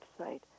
website